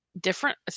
different